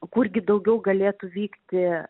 kurgi daugiau galėtų vykti